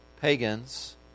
pagans